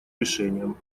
решением